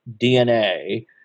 DNA